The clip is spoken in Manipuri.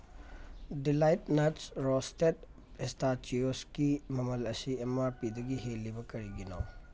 ꯗꯤꯂꯥꯏꯠ ꯅꯠꯁ ꯔꯣꯁꯇꯦꯠ ꯄꯤꯁꯇꯥꯆꯤꯌꯣꯁꯒꯤ ꯃꯃꯜ ꯑꯁꯤ ꯑꯦꯝ ꯃꯥꯔ ꯄꯤꯗꯒꯤ ꯍꯦꯜꯂꯤꯕ ꯀꯔꯤꯒꯤꯅꯣ